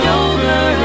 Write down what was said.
over